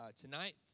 tonight